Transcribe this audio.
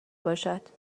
باشد